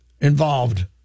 involved